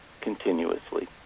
continuously